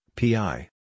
PI